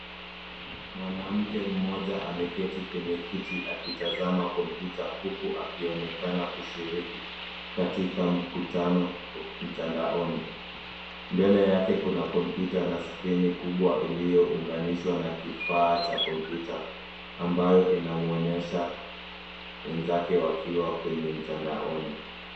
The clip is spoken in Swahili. Mwanamke mmoja ameketi kwenye kiti akitazama kompyuta huku akionekana kushiriki katika mkutano mtandaoni. Mbele yake kuna kompyuta na skrini kubwa iliyounganishwa na kifaa cha kompyuta ambayo inamuonyesha wenzake wakiwa kwenye mtandaoni.